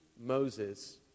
Moses